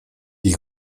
ich